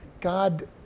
God